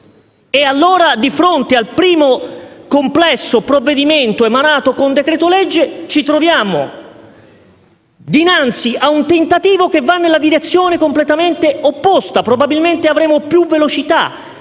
dare. Di fronte al primo complesso provvedimento emanato con decreto-legge, allora, ci troviamo dinanzi a un tentativo che va in direzione completamente opposta: probabilmente avremo una maggiore